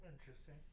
Interesting